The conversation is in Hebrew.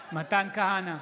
כהנא,